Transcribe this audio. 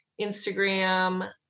Instagram